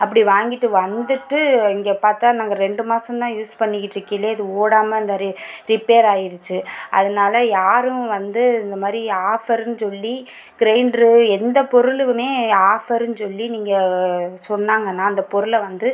அப்படி வாங்கிட்டு வந்துட்டு இங்கே பார்த்தா நாங்கள் ரெண்டு மாசம்தான் யூஸ் பண்ணிகிட்டுருக்கையிலேயே அது ஓடாமல் இந்த ரி ரிப்பேராகிருச்சு அதனால யாரும் வந்து இந்தமாதிரி ஆஃபர்ன்னு சொல்லி கிரைண்டர் எந்த பொருளும் ஆஃபர்ன்னு சொல்லி நீங்கள் சொன்னாங்கன்னா அந்த பொருளை வந்து